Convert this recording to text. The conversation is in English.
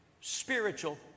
spiritual